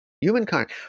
Humankind